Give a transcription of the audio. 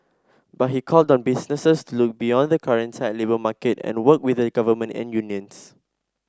but he called on businesses to look beyond the current tight labour market and work with the government and unions